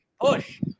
Push